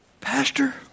Pastor